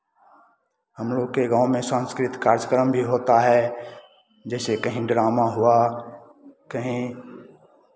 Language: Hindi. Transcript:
हमलोग के गांव में संस्कृत कार्यक्रम भी होता है जैसे कहीं ड्रामा हुआ कहीं